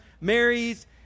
Mary's